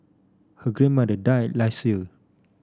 her grandmother died last year